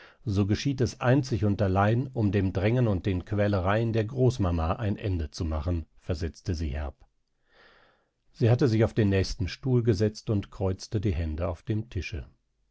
so geschieht es einzig und allein um dem drängen und den quälereien der großmama ein ende zu machen versetzte sie herb sie hatte sich auf den nächsten stuhl gesetzt und kreuzte die hände auf dem tische